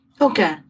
Okay